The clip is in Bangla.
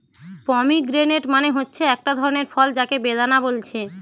পমিগ্রেনেট মানে হচ্ছে একটা ধরণের ফল যাকে বেদানা বলছে